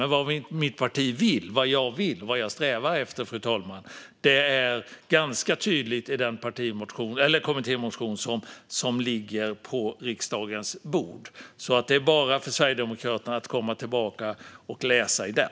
Men vad mitt parti och jag vill och strävar efter, fru talman, är ganska tydligt i den kommittémotion som ligger på riksdagens bord. Det är bara för Sverigedemokraterna att komma tillbaka och läsa i den.